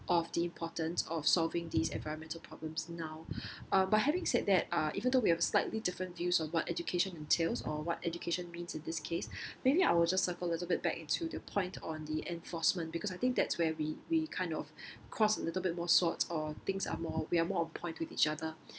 of the importance of solving these environmental problems now uh but having said that uh even though we have slightly different views of what education entails or what education means in this case maybe I will just circle a little bit back to the point on the enforcement because I think that's where we we kind of cross a little bit more sorts or things are more we are more on point with each other